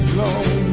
long